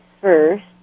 first